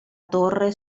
torre